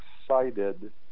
excited